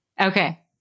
Okay